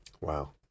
Wow